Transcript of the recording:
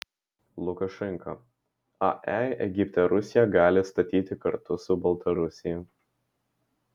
lukašenka ae egipte rusija gali statyti kartu su baltarusija